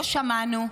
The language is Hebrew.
לא שמענו,